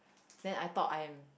then I thought I am